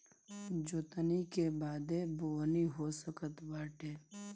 जोतनी के बादे बोअनी हो सकत बाटे